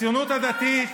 הציונות הדתית,